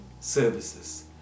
services